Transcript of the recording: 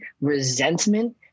resentment